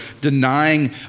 denying